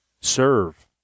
Serve